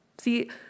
See